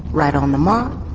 right on the mark.